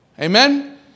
Amen